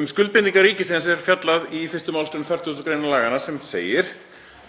Um skuldbindingar ríkisins er fjallað í 1. mgr. 40. gr. laganna, sem segir: